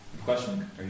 Question